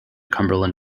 cumberland